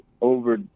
over